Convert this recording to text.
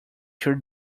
your